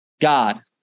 God